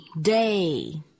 Day